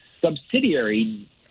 subsidiary